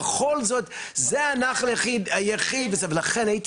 בכל זאת זה הנחל היחיד וזה.." ולכן הייתי